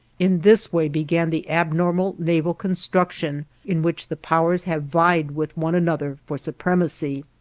in this way began the abnormal naval construction in which the powers have vied with one another for supremacy.